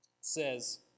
says